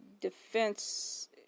defense